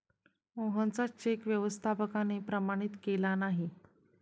मोहनचा चेक व्यवस्थापकाने प्रमाणित केला नाही